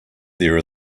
there